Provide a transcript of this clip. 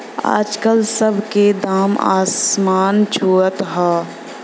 आजकल सब के दाम असमान छुअत हौ